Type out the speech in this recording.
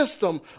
system